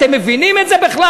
אתם מבינים את זה בכלל?